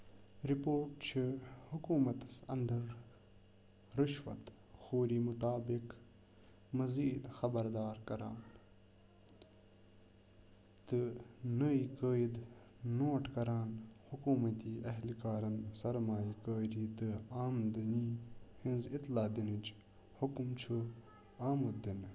report چھُ حکوٗمتَس انٛدَر رُشوَت خوری مُطابِق مٔزیٖد خبردار کران تہٕ نَے قٲیدٕ نوٹ کران حکوٗمتی اہلکارَن سرمایہ کٲری تہٕ آمدٔنی ہٕنٛز اطلاع دِنٕچ حُکم چھُ آمُت دِنہٕ